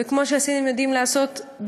וכמו שהסינים יודעים לעשות,